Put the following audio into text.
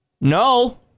No